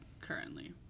currently